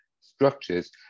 structures